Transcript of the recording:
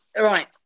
Right